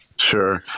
Sure